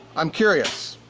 i'm curious,